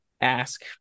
ask